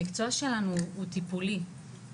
המקצוע שלנו הוא טיפולי,